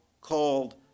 called